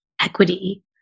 equity